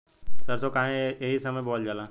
सरसो काहे एही समय बोवल जाला?